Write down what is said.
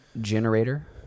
generator